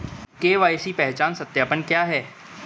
KYC पहचान सत्यापन क्या है?